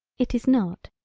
it is not,